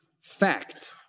fact